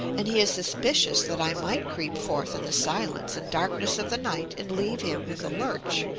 and he is suspicious that i might creep forth in the silence and darkness of the night and leave him in the lurch.